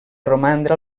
romandre